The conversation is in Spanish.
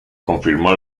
confirmó